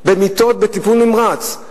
במיטות בטיפול נמרץ.